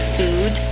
food